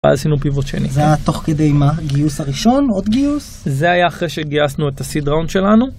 ואז עשינו פיבוט שני. זה היה תוך כדי מה? הגיוס הראשון? עוד גיוס? זה היה אחרי שגייסנו את הסיד ראונד שלנו